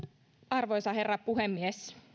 arvoisa herra puhemies